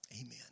Amen